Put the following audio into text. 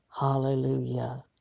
Hallelujah